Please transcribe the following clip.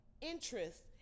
interest